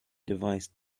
device